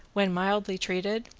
when mildly treated,